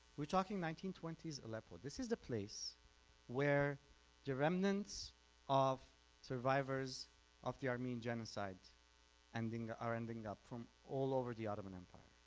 we're talking nineteen twenty s aleppo. this is the place where the remnants of survivors of the armenian genocide are ending up from all over the ottoman empire